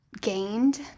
gained